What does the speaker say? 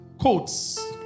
Quotes